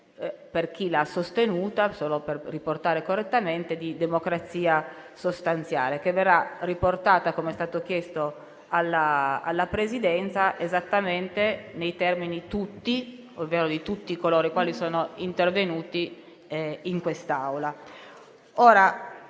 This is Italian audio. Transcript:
per chi l'ha sostenuta - solo per riportare correttamente - di democrazia sostanziale. Questa verrà riportata, come è stato chiesto, alla Presidenza, esattamente nei termini usati da tutti coloro i quali sono intervenuti in quest'Aula.